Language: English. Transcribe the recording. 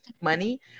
money